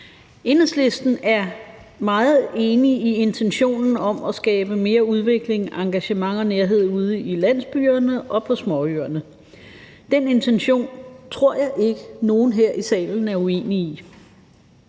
Enhedslisten er meget enig i intentionen om at skabe mere udvikling, engagement og nærhed ude i landsbyerne og på småøerne. Den intention tror jeg ikke nogen her i salen er uenige i.